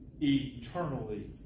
Eternally